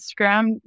Instagram